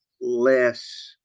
less